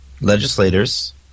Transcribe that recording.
legislators